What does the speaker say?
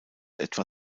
etwa